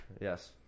Yes